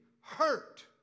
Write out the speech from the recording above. hurt